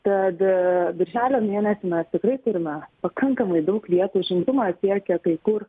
tad birželio mėnesį mes tikrai turime pakankamai daug vietų užimtumas siekia kai kur